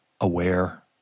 aware